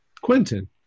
Quentin